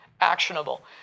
actionable